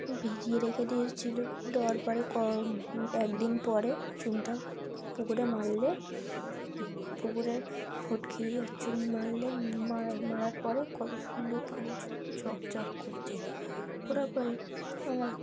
ভিজিয়ে রেখে দিয়েছিল দেওয়ার পরে ক একদিন পরে চুনটা পুকুরে মারলে পুকুরে ফিটকিরি আর চুন মারলে মারার মারার পরে কত সুন্দর পানি চকচক করছে করার পরে আমরা